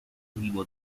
arrivo